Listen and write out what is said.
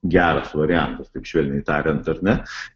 geras variantas taip švelniai tariant ar ne